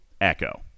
Echo